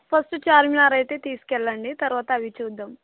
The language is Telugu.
ఫస్ట్ చార్మినార్ అయితే తీసుకెళ్ళండి తరువాత అవి చూద్దాము